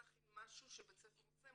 כן נכין משהו שבית הספר עושה,